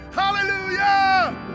hallelujah